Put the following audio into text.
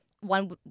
one